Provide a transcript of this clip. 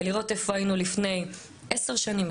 ולראות איפה היינו לפני 10 שנים,